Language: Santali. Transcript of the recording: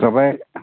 ᱛᱚᱵᱮ